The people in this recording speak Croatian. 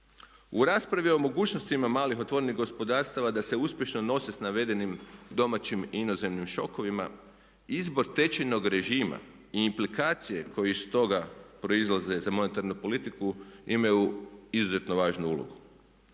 U raspravi o mogućnostima malih otvorenih gospodarstava da se uspješno nose s navedenim domaćim i inozemnim šokovima izbor tečajnog režima i implikacije koje iz toga proizlaze za monetarnu politiku imaju izuzetno važnu ulogu.